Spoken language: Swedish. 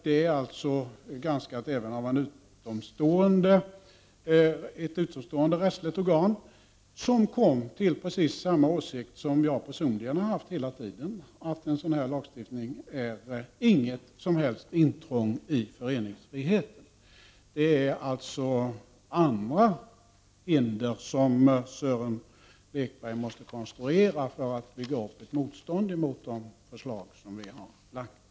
Det är alltså granskat även av ett utomstående rättsligt organ, som kom till precis samma åsikt som jag personligen har haft hela tiden, nämligen att en sådan här lagstiftning inte är något som helst intrång i föreningsfriheten. Det är alltså andra hinder som Sören Lekberg måste konstruera för att bygga upp ett motstånd mot de förslag som vi har lagt fram.